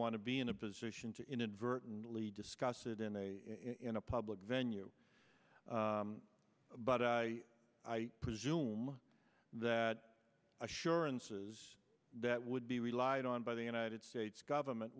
want to be in a position to inadvertently discuss it in a in a public venue but i presume that assurances that would be relied on by the united states government